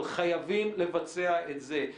אבל חייבים לבצע את זה.